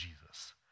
Jesus